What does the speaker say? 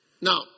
Now